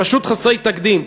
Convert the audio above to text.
פשוט חסרי תקדים,